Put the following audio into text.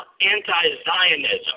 anti-Zionism